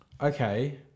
okay